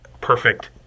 perfect